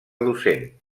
docent